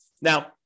Now